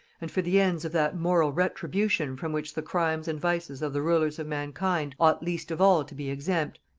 and for the ends of that moral retribution from which the crimes and vices of the rulers of mankind ought least of all to be exempt,